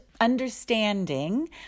understanding